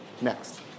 Next